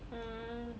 hmm